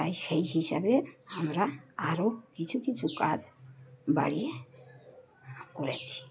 তাই সেই হিসাবে আমরা আরও কিছু কিছু কাজ বাড়িয়ে করেছি